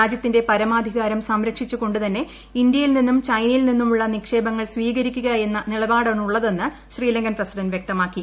രാജ്യത്തിന്റെ പരമാധികാരം സംരക്ഷിച്ചുകൊു തന്നെ ഇന്ത്യയിൽ നിന്നും ചൈനയിൽ നിന്നുമുളള നിക്ഷേപങ്ങൾ സ്വീകരിക്കുകയെന്ന നിലപാടാണുളളതെന്ന് ശ്രീലങ്കൻ പ്രസിഡന്റ് വ്യക്തമാക്കി